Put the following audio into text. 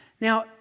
Now